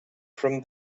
from